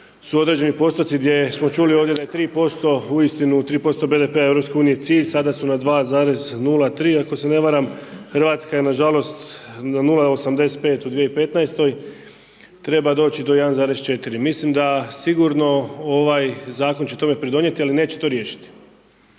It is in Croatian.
su određeni postoci gdje smo čuli ovdje da je 3% uistinu 3% BDP-a EU cilj, sada su na 2,03, ako se ne varam. Hrvatska je nažalost, na 0,85 u 2015. Treba doći do 1,4. Mislim da sigurno ovaj zakon će tome pridonijeti ali neće to riješiti.